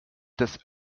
des